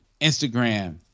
Instagram